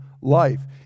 life